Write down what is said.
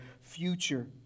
future